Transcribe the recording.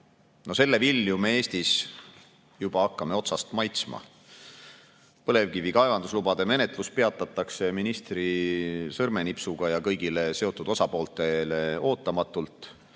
Selle vilju me Eestis juba hakkame otsast maitsma. Põlevkivi kaevandamise lubade menetlus peatatakse ministri sõrmenipsuga ja kõigile seotud osapooltele ootamatult,